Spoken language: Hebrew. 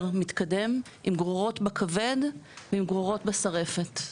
שלב מתקדם עם גרורות בכבד ועם גרורות בסרעפת,